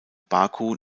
baku